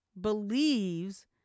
believes